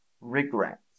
regret